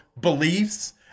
beliefs